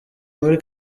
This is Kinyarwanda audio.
muri